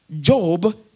Job